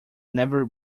never